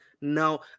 Now